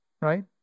Right